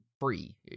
free